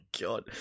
god